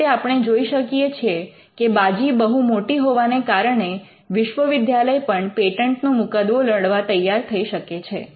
આ રીતે આપણે જોઈ શકીએ છીએ કે બાજી બહુ મોટી હોવાને કારણે વિશ્વવિદ્યાલય પણ પૅટન્ટ નો મુકદમો લડવા તૈયાર થઈ શકે છે